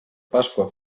pasqua